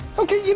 okay, you